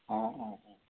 অঁ অঁ অঁ